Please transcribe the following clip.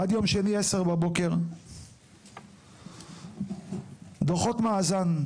עד יום שני, 10:00 דוחות מאזן,